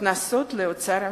הכנסות לאוצר המדינה,